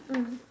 mm